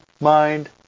mind